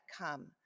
come